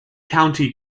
county